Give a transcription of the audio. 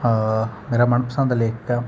ਮੇਰਾ ਮਨਪਸੰਦ ਲੇਖਕ